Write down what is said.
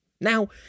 Now